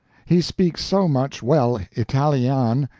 he speak so much well italyan,